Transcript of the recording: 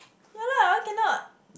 ya lah why cannot